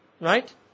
right